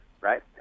right